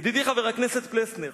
ידידי חבר הכנסת פלסנר,